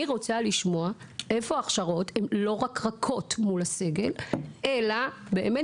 אני רוצה לשמוע איפה ההכשרות מול הסגל הן לא רק רכות אלא באמת